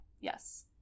Yes